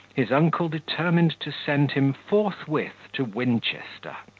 his uncle determined to send him forthwith to winchester,